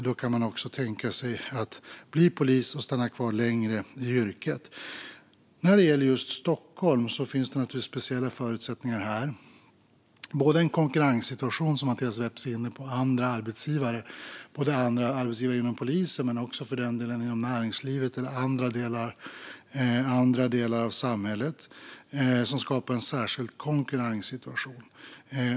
Då kan man också tänka sig att bli polis och stanna kvar längre i yrket. I Stockholm gäller naturligtvis speciella förutsättningar. Mattias Vepsä var inne på konkurrensen från andra arbetsgivare inom såväl polisen som näringslivet och andra delar av samhället. Det skapar en särskild konkurrenssituation.